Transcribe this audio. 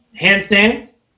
handstands